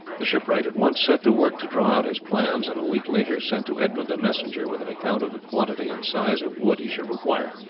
the shipwright at once set to work to draw out his plans, and a week later sent to edmund a messenger with an account of the quantity and size of wood he should require.